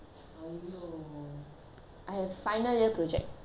I have final year project ten thousand word thesis